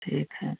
ठीक है